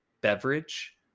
beverage